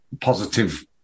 positive